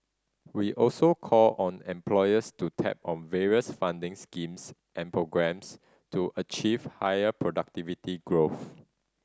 we also call on employers to tap the various funding schemes and programmes to achieve higher productivity growth